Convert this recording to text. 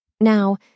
Now